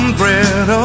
bread